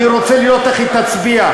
אני רוצה לראות איך היא תצביע.